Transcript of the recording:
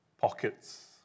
pockets